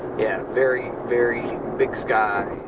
yeah, very, very big sky.